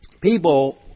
people